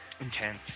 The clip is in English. intense